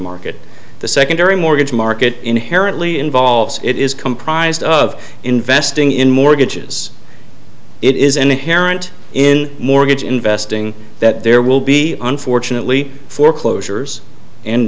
market the secondary mortgage market inherently involves it is comprised of investing in mortgages it is inherent in mortgage investing that there will be unfortunately foreclosures and